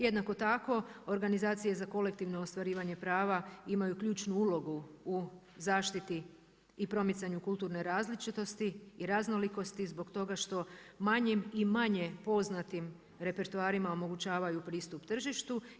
Jednako tako organizacije za kolektivno ostvarivanje prava imaju ključnu ulogu u zaštiti i promicanju kulturne različitosti i raznolikosti zbog toga što manje i manje poznatim repertoarima omogućavaju pristup tržištu.